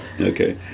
Okay